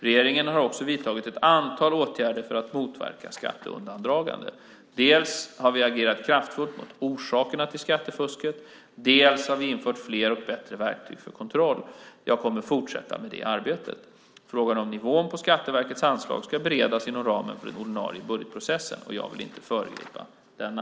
Regeringen har också vidtagit ett antal åtgärder för att motverka skatteundandragande. Dels har vi agerat kraftfullt mot orsakerna till skattefusket, dels har vi infört fler och bättre verktyg för kontroll. Jag kommer att fortsätta med det arbetet. Frågan om nivån på Skatteverkets anslag ska beredas inom ramen för den ordinarie budgetprocessen. Jag vill inte föregripa denna.